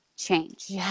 change